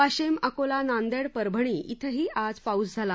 वाशिम अकोला नांदेड परभणी झिंही आज पाऊस झाला